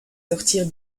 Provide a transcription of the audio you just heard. sortir